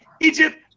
Egypt